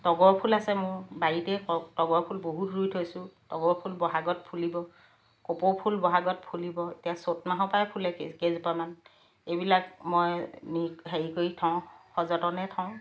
তগৰ ফুল আছে মোৰ বাৰীতে ত তগৰ ফুল বহুত ৰুই থৈছোঁ তগৰ ফুল বহাগত ফুলিব কপৌফুল বহাগত ফুলিব এতিয়া চ'ত মাহৰ পৰাই ফুলে কে কেইজোপামান এইবিলাক মই নি হেৰি কৰি থওঁ সযতনে থওঁ